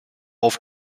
auf